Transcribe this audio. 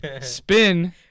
spin